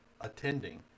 attending